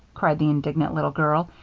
cried the indignant little girl.